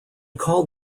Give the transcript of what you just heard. called